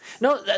No